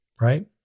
right